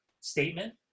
statement